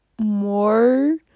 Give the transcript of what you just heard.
more